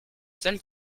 celle